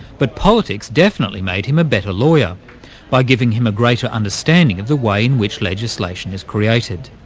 but politics definitely made him a better lawyer by giving him a greater understanding of the way in which legislation is created.